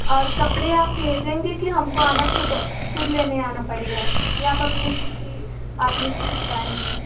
और कपड़े आप भेजेंगी कि हमको आना खुद खुद लेने आना पड़ेगा कि आप अपने किसी आदमी से भिजवाएँगी